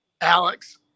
Alex